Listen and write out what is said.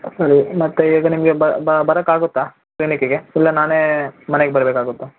ಸರಿ ಮತ್ತು ಇದು ನಿಮಗೆ ಬರೋಕ್ಕಾಗುತ್ತಾ ಕ್ಲಿನಿಕಿಗೆ ಇಲ್ಲ ನಾನೇ ಮನೆಗೆ ಬರಬೇಕಾಗುತ್ತಾ